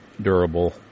durable